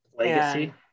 Legacy